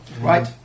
right